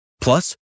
Plus